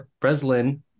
Breslin